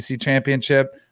championship